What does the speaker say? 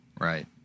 Right